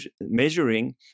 measuring